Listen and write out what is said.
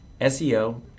SEO